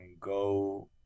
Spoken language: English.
go